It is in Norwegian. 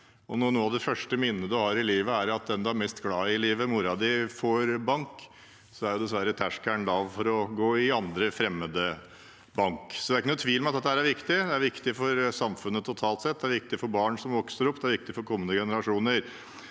et av de første minnene du har i livet, er at den du er mest glad i, moren din, får bank, er dessverre terskelen lav for å gå og gi andre, fremmede, bank. Det er ikke noen tvil om at dette er viktig. Det er viktig for samfunnet totalt sett, det er viktig for barn som vokser opp, og det er viktig for kommende generasjoner.